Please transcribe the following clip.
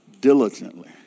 diligently